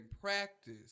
practice